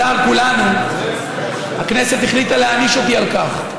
לצער כולנו, הכנסת החליטה להעניש אותי על כך,